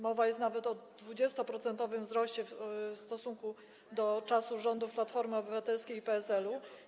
Mowa jest nawet o 20-procentowym wzroście w stosunku do czasów rządów Platformy Obywatelskiej i PSL-u.